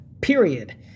period